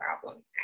problem